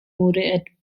murray